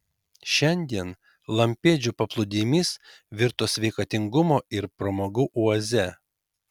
šiandien lampėdžių paplūdimys virto sveikatingumo ir pramogų oaze